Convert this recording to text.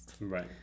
Right